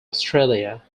australia